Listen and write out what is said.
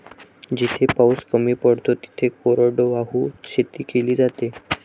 जिथे पाऊस कमी पडतो तिथे कोरडवाहू शेती केली जाते